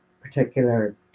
particular